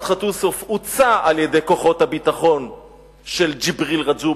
מדחת יוסף הוצא על-ידי כוחות הביטחון של ג'יבריל רג'וב,